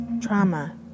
trauma